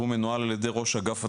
והוא מנוהל על ידי ראש אגף התנועה.